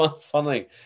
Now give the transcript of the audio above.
funny